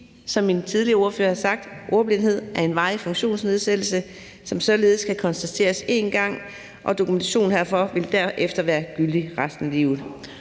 som en tidligere ordfører har sagt, er ordblindhed en varig funktionsnedsættelse, som således skal konstateres én gang, og dokumentationen herfor vil derefter være gyldig resten af livet.